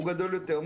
הוא גדול יותר.